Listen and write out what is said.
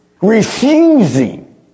refusing